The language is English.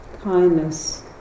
kindness